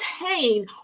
obtain